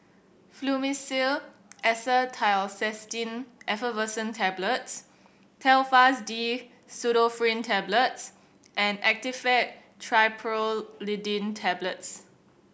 Fluimucil Acetylcysteine Effervescent Tablets Telfast D Pseudoephrine Tablets and Actifed Triprolidine Tablets